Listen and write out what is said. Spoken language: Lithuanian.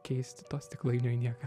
keisti to stiklainio į nieką